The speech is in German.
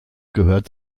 gehört